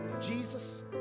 Jesus